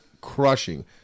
crushing